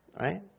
right